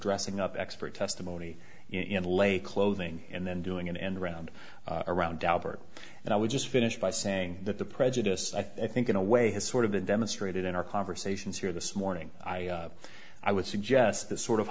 dressing up expert testimony in lay clothing and then doing an end around around albert and i would just finish by saying that the prejudice i think in a way has sort of been demonstrated in our conversations here this morning i would suggest that sort of